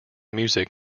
music